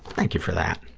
thank you for that.